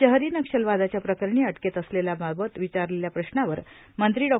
शहरी वक्षलवादाच्या प्रकरणी अट्केत असलेल्यांबाबत विचारलेल्या प्रश्नावर मंत्री डॉ